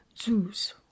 Zeus